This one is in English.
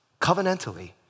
covenantally